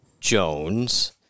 Jones